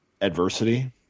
adversity